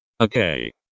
Okay